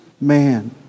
man